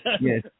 yes